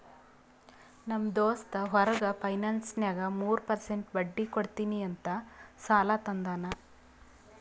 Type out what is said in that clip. ನಮ್ ದೋಸ್ತ್ ಹೊರಗ ಫೈನಾನ್ಸ್ನಾಗ್ ಮೂರ್ ಪರ್ಸೆಂಟ್ ಬಡ್ಡಿ ಕೊಡ್ತೀನಿ ಅಂತ್ ಸಾಲಾ ತಂದಾನ್